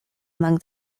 among